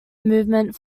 movement